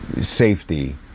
safety